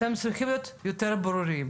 אתם צריכים להיות יותר ברורים,